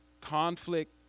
conflict